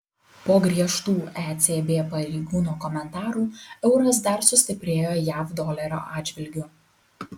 po griežtų ecb pareigūno komentarų euras dar sustiprėjo jav dolerio atžvilgiu